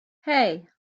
hey